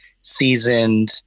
seasoned